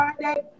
Friday